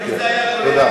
מילא,